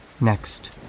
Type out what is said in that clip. Next